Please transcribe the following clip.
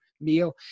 meal